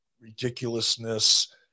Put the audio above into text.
ridiculousness